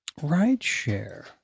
Rideshare